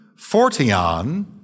fortion